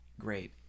great